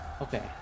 okay